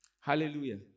Hallelujah